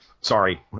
sorry